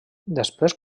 després